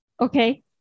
Okay